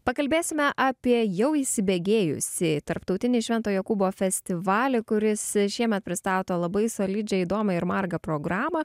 pakalbėsime apie jau įsibėgėjusį tarptautinį švento jokūbo festivalį kuris šiemet pristato labai solidžią įdomią ir margą programą